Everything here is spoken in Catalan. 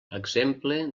exemple